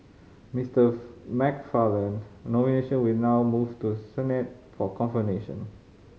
Mister McFarland nomination will now move to Senate for confirmation